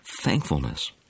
Thankfulness